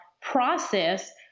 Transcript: process